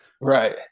Right